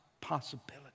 possibility